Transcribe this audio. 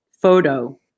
photo